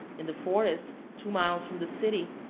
in the forest, two miles from the city,